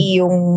yung